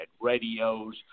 radios